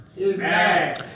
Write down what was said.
Amen